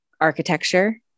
architecture